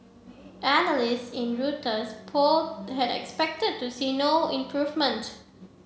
analysts in Reuters poll had expected to see no improvement